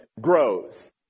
grows